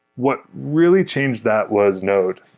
what really changed that was node,